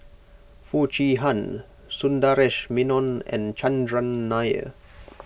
Foo Chee Han Sundaresh Menon and Chandran Nair